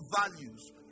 values